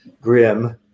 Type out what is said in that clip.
grim